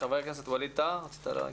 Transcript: חבר הכנסת ווליד טאהא, רצית גם להתייחס.